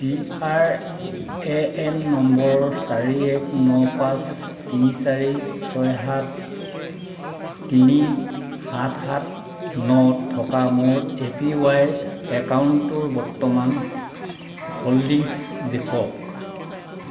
P R A N নম্বৰ চাৰি এক ন পাঁচ তিনি চাৰি ছয় সাত তিনি সাত সাত ন থকা মোৰ এ পি ৱাই একাউণ্টটোৰ বৰ্তমানৰ হোল্ডিংছ দেখুৱাওক